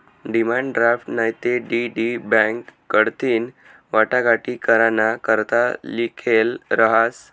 demand draft नैते DD bank कडथीन वाटाघाटी कराना करता लिखेल रहास